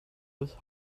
with